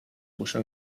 puso